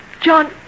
John